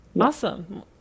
Awesome